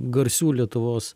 garsių lietuvos